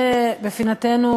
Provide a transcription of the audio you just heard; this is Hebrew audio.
זה בפינתנו